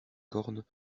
cornes